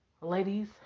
ladies